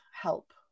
help